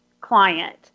client